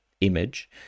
image